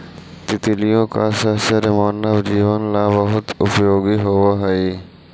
तितलियों का साहचर्य मानव जीवन ला बहुत उपयोगी होवअ हई